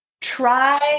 try